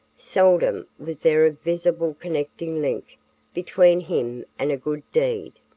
seldom was there a visible connecting link between him and a good deed.